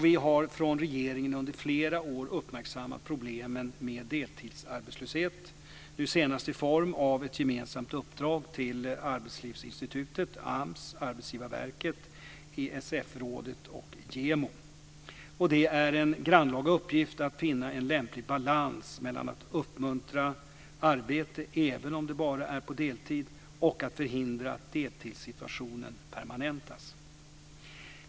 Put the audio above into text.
Vi har från regeringen under flera år uppmärksammat problemen med deltidsarbetslöshet, nu senast i form av ett gemensamt uppdrag till Arbetslivsinstitutet, AMS, Arbetsgivarverket, Det är en grannlaga uppgift att finna en lämplig balans mellan att uppmuntra arbete, även om det bara är på deltid, och att förhindra att deltidssituationen permanentas.